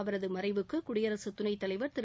அவரது மறைவுக்கு குடியரசுத் துணைத்தலைவா் திரு